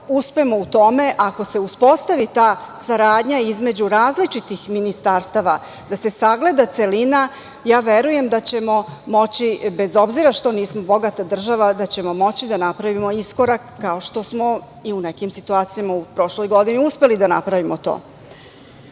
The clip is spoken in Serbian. uspemo u tome, ako se uspostavi ta saradnja između različitih ministarstava da se sagleda celina, ja verujem da ćemo moći, bez obzira što nismo bogata država, da napravimo iskorak kao što smo i u nekim situacijama u prošloj godini uspeli da napravimo to. Što